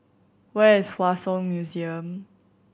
where is Hua Song Museum